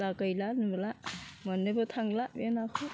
दा गैला नुला मोननोबो थांला बे नाखौ